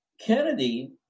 Kennedy